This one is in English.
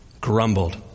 grumbled